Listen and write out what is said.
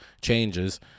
changes